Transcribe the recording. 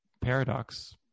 paradox